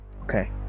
Okay